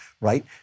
right